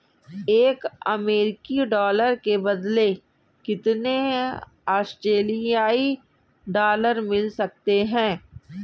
एक अमेरिकी डॉलर के बदले कितने ऑस्ट्रेलियाई डॉलर मिल सकते हैं?